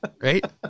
right